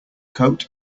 coat